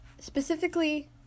Specifically